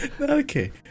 Okay